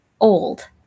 old